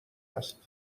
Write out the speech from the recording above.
هست